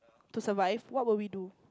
to survive what will we do